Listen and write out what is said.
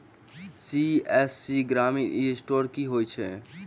CSC ग्रामीण e store की होइ छै?